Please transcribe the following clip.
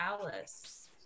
Alice